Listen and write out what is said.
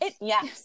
Yes